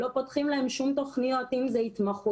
לא פותחים להם שום תוכניות, אם זה התמחויות,